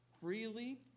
freely